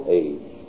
age